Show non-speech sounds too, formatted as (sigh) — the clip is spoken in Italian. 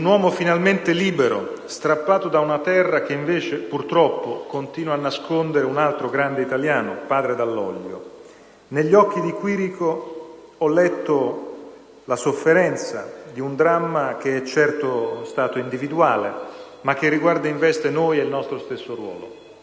un uomo finalmente libero... (applause) ...strappato da una terra che invece, purtroppo, continua a nascondere un altro grande italiano, padre Dall'Oglio. Negli occhi di Quirico ho letto la sofferenza di un dramma, che certo è stato individuale, ma che riguarda e investe noi e il nostro stesso ruolo.